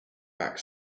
back